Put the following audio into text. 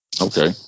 Okay